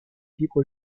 libre